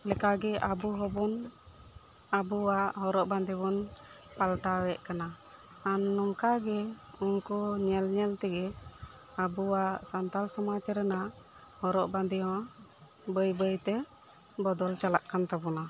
ᱞᱮᱠᱟᱜᱮ ᱟᱵᱚ ᱦᱚᱸᱵᱚᱱ ᱟᱵᱚᱣᱟᱜ ᱦᱚᱨᱚᱜ ᱵᱟᱸᱫᱮ ᱵᱚᱱ ᱯᱟᱞᱴᱟᱣᱮᱫ ᱠᱟᱱᱟ ᱟᱨ ᱱᱚᱝᱠᱟᱜᱮ ᱩᱱᱠᱩ ᱧᱮᱞ ᱧᱮᱞᱛᱮᱜᱮ ᱟᱵᱚᱣᱟᱜ ᱥᱟᱱᱛᱟᱲ ᱥᱚᱢᱟᱡᱽ ᱨᱮᱭᱟᱜ ᱦᱚᱨᱚᱜ ᱵᱟᱫᱮᱸ ᱦᱚᱸ ᱵᱟᱹᱭ ᱵᱟᱹᱭ ᱛᱮ ᱵᱚᱫᱚᱞ ᱪᱟᱞᱟᱜ ᱠᱟᱱ ᱛᱟᱵᱚᱱᱟ